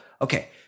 Okay